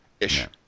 ish